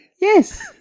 Yes